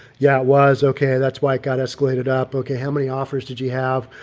yeah, it was okay. that's why it got escalated up. okay. how many offers did you have?